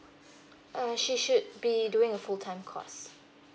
err she should be doing a full time course